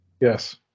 Yes